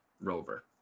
Rover